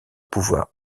pouvoir